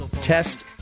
test